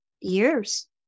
years